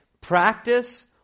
Practice